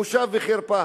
בושה וחרפה,